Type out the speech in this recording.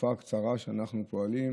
בתקופה הקצרה שאנחנו פועלים,